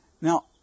Now